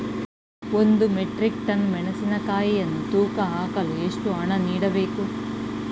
ಒಂದು metric tonne ಮೆಣಸಿನಕಾಯಿಯನ್ನು ತೂಕ ಹಾಕಲು ಎಷ್ಟು ಹಣ ನೀಡಬೇಕು?